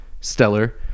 stellar